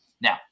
Now